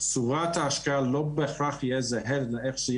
צורת ההשקעה לא תהיה זהה בהכרח לאיך שזה